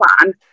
plan